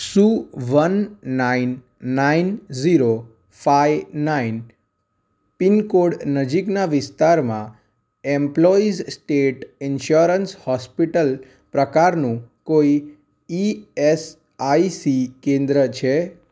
શું one nine nine zero five nine pincode નજીકના વિસ્તારમાં એમ્પ્લોઇઝ સ્ટેટ ઈન્સ્યોરન્સ હોસ્પિટલ પ્રકારનું કોઈ ઇ એસ આઇ સી કેન્દ્ર છે